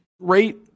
Rate